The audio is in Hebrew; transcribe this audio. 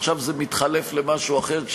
עכשיו זה מתחלף למשהו אחר,